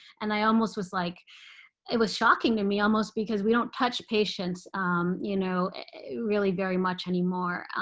and i almost was like it was shocking to me almost because we don't touch patients you know really very much anymore.